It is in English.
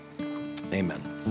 amen